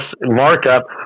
markup